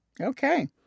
Okay